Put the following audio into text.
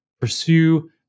pursue